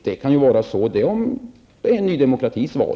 Det är Ny Demokratis val.